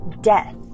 death